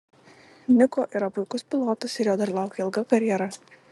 niko yra puikus pilotas ir jo dar laukia ilga karjera